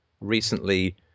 recently